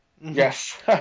Yes